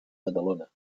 badalona